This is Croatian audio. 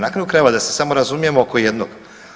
Na kraju krajeva da se samo razumijemo oko jednog.